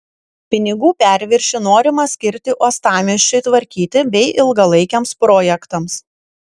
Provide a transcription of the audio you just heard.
pinigų perviršį norima skirti uostamiesčiui tvarkyti bei ilgalaikiams projektams